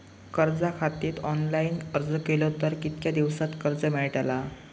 कर्जा खातीत ऑनलाईन अर्ज केलो तर कितक्या दिवसात कर्ज मेलतला?